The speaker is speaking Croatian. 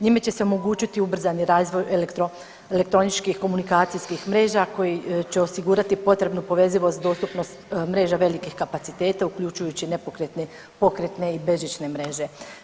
Njime će se omogućiti ubrzani razvoj elektroničkih komunikacijskih mreža koji će osigurati potrebnu povezivost dostupnost mreža velikih kapaciteta uključujući i nepokretne, pokretne i bežične mreže.